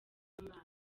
n’umwana